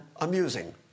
amusing